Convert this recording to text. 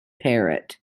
parrot